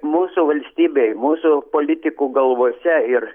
mūsų valstybei mūsų politikų galvose ir